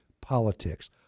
politics